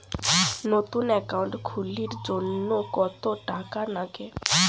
নতুন একাউন্ট খুলির জন্যে কত টাকা নাগে?